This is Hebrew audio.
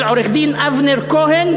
של עורך-הדין אבנר כהן,